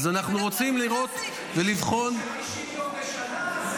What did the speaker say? --- אז אנחנו רוצים לראות ולבחון --- 50 יום בשנה,